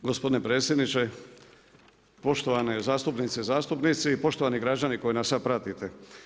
Gospodine predsjedniče, poštovane zastupnice i zastupnici, poštovani građani koji nas sada pratite.